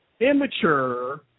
Immature